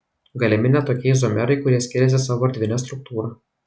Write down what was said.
galimi net tokie izomerai kurie skiriasi savo erdvine struktūra